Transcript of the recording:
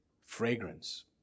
fragrance